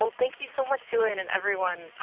so thank you so much to it and everyone,